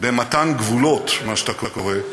במתן גבולות, מה שאתה קורא,